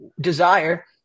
desire